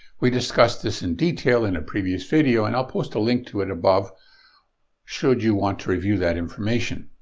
we discussed this in detail in a previous video, and i'll post a link to it above should you want to review that information.